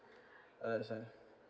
uh